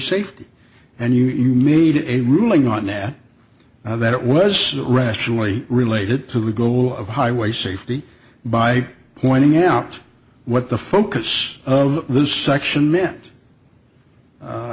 safety and you made a ruling on that that it was rationally related to the goal of highway safety by pointing out what the focus of this section meant